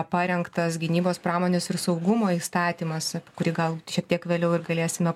parengtas gynybos pramonės ir saugumo įstatymas apie kurį gal šiek tiek vėliau ir galėsime